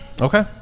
Okay